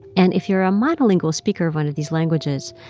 and if you're a monolingual speaker of one of these languages,